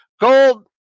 Gold